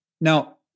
Now